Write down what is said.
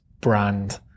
brand